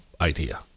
idea